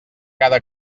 cada